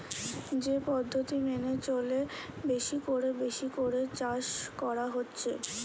যে পদ্ধতি মেনে চলে বেশি কোরে বেশি করে চাষ করা হচ্ছে